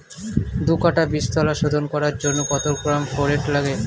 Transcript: দু কাটা বীজতলা শোধন করার জন্য কত গ্রাম ফোরেট লাগে?